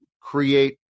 create